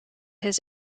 his